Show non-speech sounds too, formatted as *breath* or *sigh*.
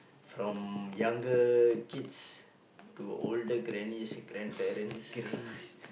from younger kids to older grannies grandparents *breath*